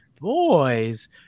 boys